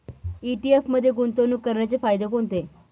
ETF मध्ये गुंतवणूक करण्याचे फायदे कोणते?